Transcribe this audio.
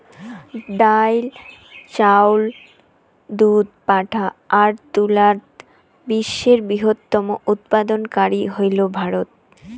ডাইল, চাউল, দুধ, পাটা আর তুলাত বিশ্বের বৃহত্তম উৎপাদনকারী হইল ভারত